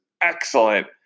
excellent